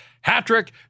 hat-trick